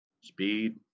speed